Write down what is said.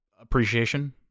appreciation